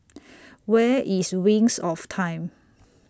Where IS Wings of Time